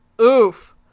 Oof